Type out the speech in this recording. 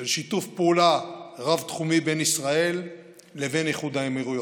של שיתוף פעולה רב-תחומי בין ישראל לבין איחוד האמירויות.